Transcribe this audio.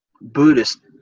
Buddhist